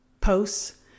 posts